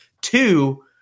two